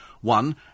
one